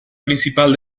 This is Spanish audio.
principal